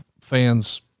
fans